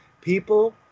people